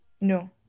No